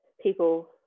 people